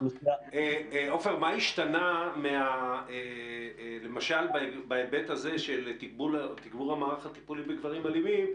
מה השתנה למשל בהיבט הזה של תגבור המערך הטיפולי בגברים אלימים,